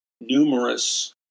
numerous